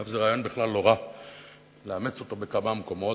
אגב, זה רעיון בכלל לא רע לאמץ אותו בכמה מקומות,